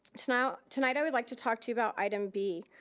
tonight tonight i would like to talk to you about item b.